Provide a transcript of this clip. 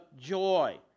joy